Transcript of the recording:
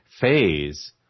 phase